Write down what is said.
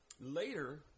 later